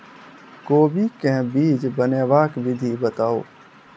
कोबी केँ बीज बनेबाक विधि बताऊ?